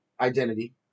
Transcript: identity